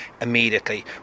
immediately